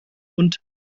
und